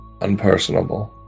unpersonable